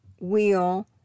wheel